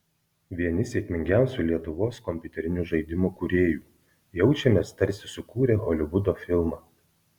vieni sėkmingiausių lietuvos kompiuterinių žaidimų kūrėjų jaučiamės tarsi sukūrę holivudo filmą